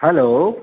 hello